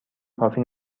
کافی